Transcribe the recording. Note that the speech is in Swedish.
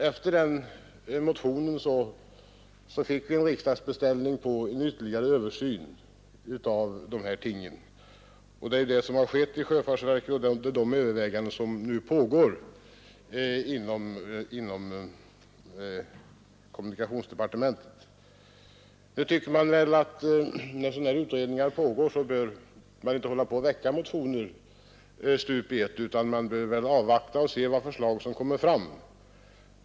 Efter den motionen fick vi en riksdagsbeställning på en ytterligare översyn av de här tingen, och det är den som har gjorts i sjöfartsverket och under de överväganden som nu pågår inom kommunikationsdepartementet. När utredningar pågår bör man väl inte hålla på och väcka motioner stup i ett, utan man bör avvakta och se vilka förslag som kommer fram.